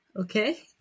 Okay